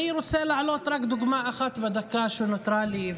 אני רוצה להעלות רק דוגמה אחת בדקה שנותרה לי.